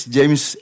James